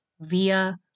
via